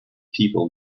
people